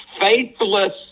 faithless